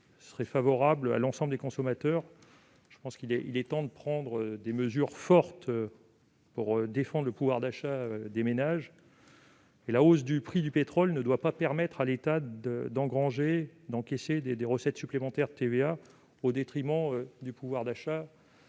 serait favorable à l'ensemble des consommateurs. Je pense qu'il est temps de prendre des mesures fortes pour défendre le pouvoir d'achat des ménages. La hausse des prix du pétrole ne doit pas conduire l'État à encaisser des recettes supplémentaires de TVA au détriment du pouvoir d'achat